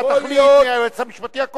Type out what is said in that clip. אתה תחליט מי היועץ המשפטי.